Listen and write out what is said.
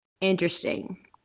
interesting